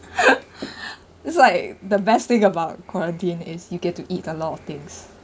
that's like the best thing about quarantine is you get to eat a lot of things